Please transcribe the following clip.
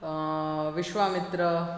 Vishwamitra